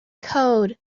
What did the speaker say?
code